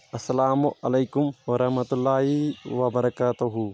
السلام علیکم ورحمتہ اللہ وبرکاتہُ